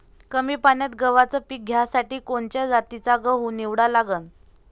कमी पान्यात गव्हाचं पीक घ्यासाठी कोनच्या जातीचा गहू निवडा लागन?